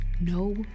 No